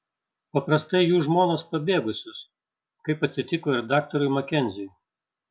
paprastai jų žmonos pabėgusios kaip atsitiko ir daktarui makenziui